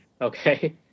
okay